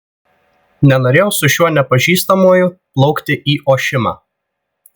nenorėjau su šiuo nepažįstamuoju plaukti į ošimą